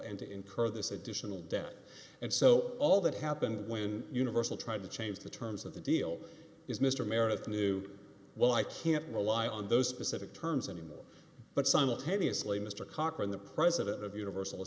to incur this additional debt and so all that happened when universal tried to change the terms of the deal is mr mayor of new well i can't rely on those specific terms anymore but simultaneously mr cochran the president of universal